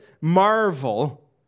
marvel